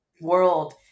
world